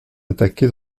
attaqué